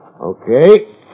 Okay